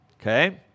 Okay